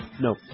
No